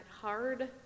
hard